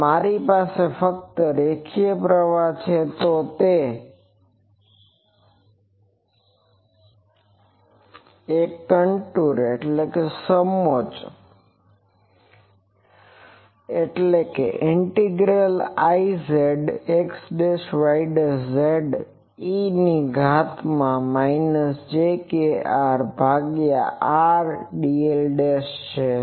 જો મારી પાસે ફક્ત રેખીય પ્રવાહ છે તો તે એક કન્ટુરસમોચ્ચ A4πCIZxyze jkRRdlઇન્ટિગ્રલ Izxyz eની ઘાત માં માઈનસ J kR ભાગ્યા R dl' છે